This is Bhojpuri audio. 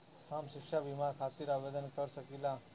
हम शिक्षा बीमा खातिर आवेदन कर सकिला?